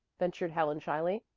ventured helen shyly.